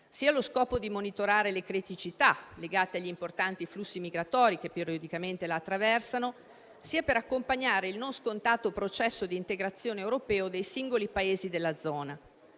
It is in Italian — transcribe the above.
sia allo scopo di monitorare le criticità legate agli importanti flussi migratori che periodicamente la attraversano, sia per accompagnare il non scontato processo di integrazione europeo dei singoli Paesi della zona.